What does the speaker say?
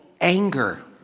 anger